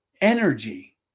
energy